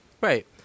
Right